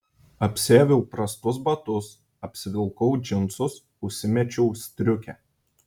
apsiaviau prastus batus apsivilkau džinsus užsimečiau striukę